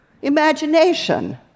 imagination